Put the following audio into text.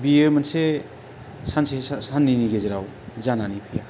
बियो मोनसे सानसे साननैनि गेजेराव जानानै फैया